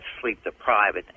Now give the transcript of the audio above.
sleep-deprived